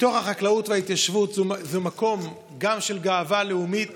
החקלאות וההתיישבות זה מקום גם של גאווה לאומית